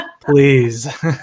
please